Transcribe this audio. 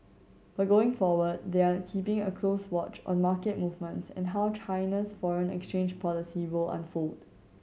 but going forward they are keeping a close watch on market movements and how China's foreign exchange policy will unfold